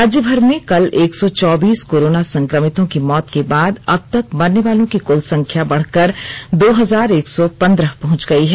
राज्यभर में कल एक सौ चौबीस कोरोना संक्रमितों की मौत के बाद अब तक मरने वालों की क्ल संख्या बढ़कर दो हजार एक सौ पंद्रह पहुंच गई है